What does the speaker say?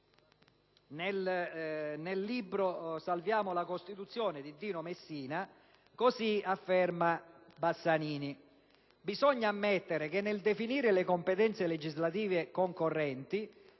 Nel libro «Salviamo la Costituzione italiana», di Dino Messina, così afferma Bassanini: «Bisogna ammettere che nel definire le competenze legislative concorrenti,